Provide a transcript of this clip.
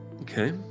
Okay